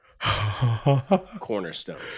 cornerstones